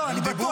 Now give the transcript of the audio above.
לא, אני בטוח.